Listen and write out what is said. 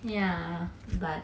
ya but